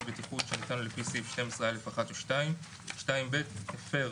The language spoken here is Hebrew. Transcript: בטיחות שניתן לו לפי סעיף 12(א)(1) או (2); (2ב) הפר